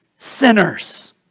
Sinners